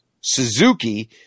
Suzuki